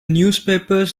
newspapers